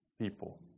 people